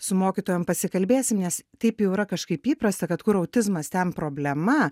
su mokytojom pasikalbėsim nes taip jau yra kažkaip įprasta kad kur autizmas ten problema